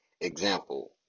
Example